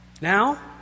Now